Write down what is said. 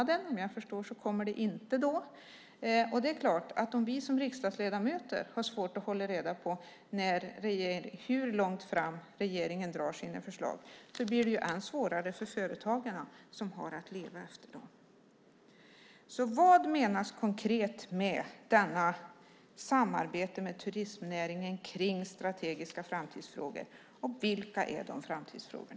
Men såvitt jag förstår kommer det inte då. Det är klart att om vi som riksdagsledamöter har svårt att hålla reda på hur långt fram regeringen skjuter på sina förslag blir det än svårare för företagarna som har att leva efter dem. Vad menas konkret med det som står i svaret om samarbete med turistnäringen kring strategiska framtidsfrågor, och vilka är dessa framtidsfrågor?